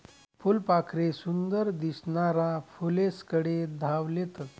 फुलपाखरे सुंदर दिसनारा फुलेस्कडे धाव लेतस